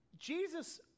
Jesus